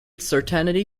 certainty